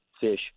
Fish